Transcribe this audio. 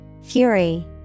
Fury